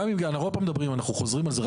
אנחנו חוזרים על זה,